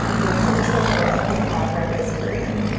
your cultural or ethnic background is korean.